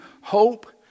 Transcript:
hope